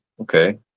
okay